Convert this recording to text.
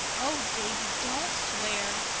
oh, davy, don't swear,